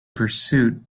pursuit